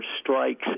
strikes